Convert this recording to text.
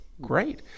Great